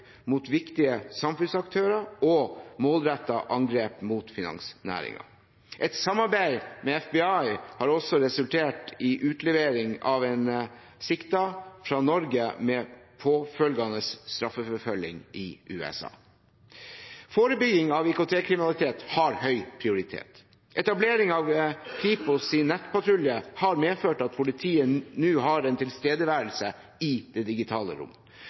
mot viktige samfunnsaktører og målrettede angrep mot finansnæringen. Et samarbeid med FBI har også resultert i utlevering av en siktet fra Norge med påfølgende straffeforfølging i USA. Forebygging av IKT-kriminalitet har høy prioritet. Etablering av Kripos’ nettpatrulje har medført at politiet nå har en tilstedeværelse i det digitale rom.